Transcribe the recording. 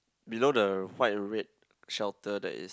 below the white and red shelter there is